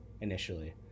initially